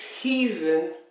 heathen